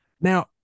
Now